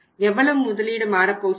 எவ்வளவு முதலீடு மாறப்போகிறது